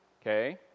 okay